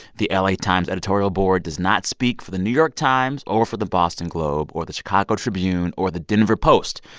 the la times editorial board does not speak for the new york times or for the boston globe or the chicago tribune or the denver post.